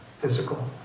physical